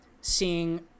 seeing